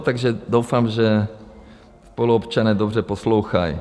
Takže doufám, že spoluobčané dobře poslouchají.